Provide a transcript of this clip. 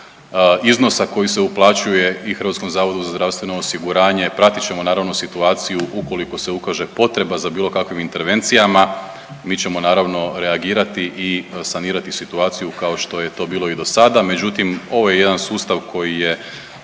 iznosa koji se uplaćuje i HZZO-u. Pratit ćemo naravno situaciju ukoliko se ukaže potreba za bilo kakvim intervencijama, mi ćemo naravno reagirati i sanirati situaciju kao što je to bilo i do sada. Međutim, ovo je jedan sustav koji je